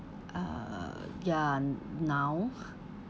uh ya now